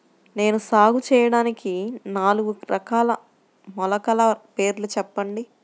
నేను సాగు చేయటానికి నాలుగు రకాల మొలకల పేర్లు చెప్పండి?